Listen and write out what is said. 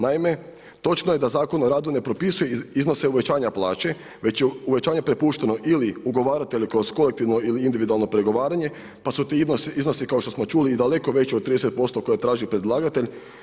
Naime, točno je da Zakon o radu ne propisuje iznose uvećanja plaće već je uvećanje prepušteno ili ugovaratelju kroz kolektivno ili individualno pregovaranje pa su ti iznosi kao što smo čuli i daleko veći od 30% koje traži predlagatelj.